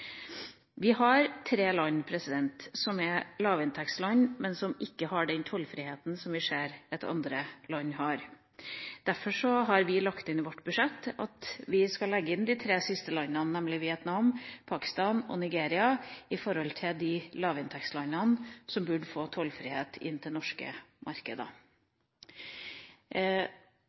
vi gjør i vårt budsjett i år. Vi har tre land som er lavinntektsland, men som ikke har den tollfriheten som vi ser at andre land har. Derfor har vi i vårt budsjett lagt inn de tre siste landene, nemlig Vietnam, Pakistan og Nigeria, blant lavinntektslandene som burde få tollfrihet inn til norske markeder.